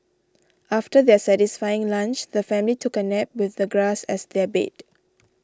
after their satisfying lunch the family took a nap with the grass as their bed